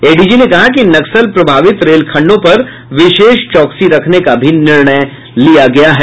ADG ने कहा कि नक्सल प्रभावित रेलखंडों पर विशेष चौकसी रखने का भी निर्णय लिया गया है